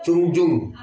ଚୁଙ୍ଗଜୁଙ୍ଗ